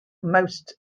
most